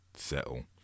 settle